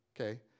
okay